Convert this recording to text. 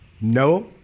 no